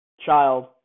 child